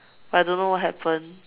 but I don't know what happened